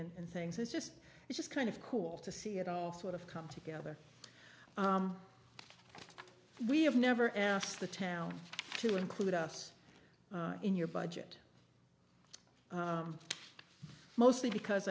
and things it's just it's just kind of cool to see it all sort of come together we have never asked the town to include us in your budget mostly because